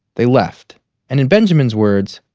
they left and, in benjamin's words,